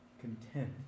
content